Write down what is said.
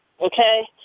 Okay